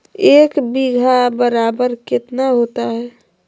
एक बीघा बराबर कितना होता है?